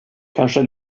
kanske